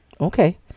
Okay